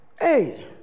Hey